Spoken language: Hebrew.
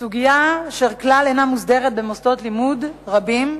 סוגיה אשר אינה מוסדרת כלל במוסדות לימוד רבים,